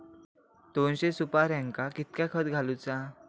दोनशे सुपार्यांका कितक्या खत घालूचा?